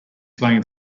playing